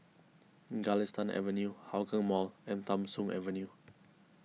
Galistan Avenue Hougang Mall and Tham Soong Avenue